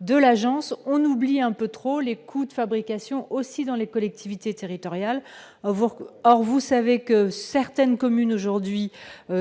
de l'agence, on oublie un peu trop les coûts de fabrication aussi dans les collectivités territoriales, voir, or vous savez que certaines communes aujourd'hui